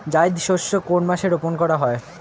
জায়িদ শস্য কোন মাসে রোপণ করা হয়?